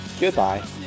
Goodbye